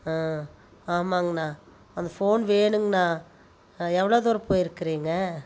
ஆ ஆமாங்ண்ணா அந்த ஃபோன் வேணுங்கண்ணா எவ்வளோ தூரம் போயிருக்கிறீங்க